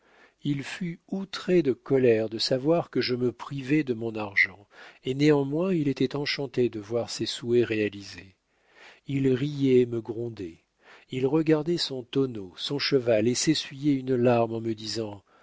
il fut outré de colère de savoir que je me privais de mon argent et néanmoins il était enchanté de voir ses souhaits réalisés il riait et me grondait il regardait son tonneau son cheval et s'essuyait une larme en me disant